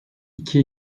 iki